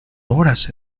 horas